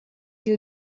you